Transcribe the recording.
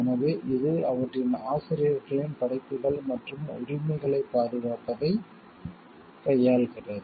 எனவே இது அவற்றின் ஆசிரியர்களின் படைப்புகள் மற்றும் உரிமைகளைப் பாதுகாப்பதைக் கையாள்கிறது